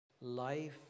life